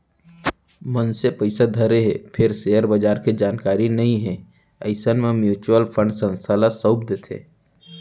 मनसे पइसा धरे हे फेर सेयर बजार के जानकारी नइ हे अइसन म म्युचुअल फंड संस्था ल सउप देथे